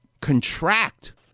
contract